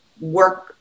work